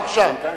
בבקשה.